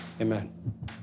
Amen